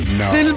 no